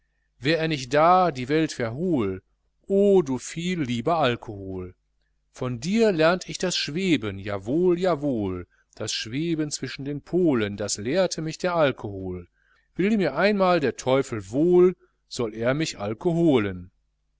wär er nicht da die welt wär hohl oh du viel lieber alkohol von dir lernt ich das schweben jawohl jawohl das schweben zwischen den polen das lehrte mich der alkohol will mir einmal der teufel wohl soll er mich alkoholen